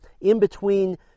in-between